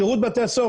שירות בתי הסוהר,